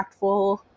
impactful